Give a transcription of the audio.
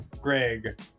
Greg